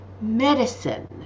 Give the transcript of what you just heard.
medicine